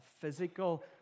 physical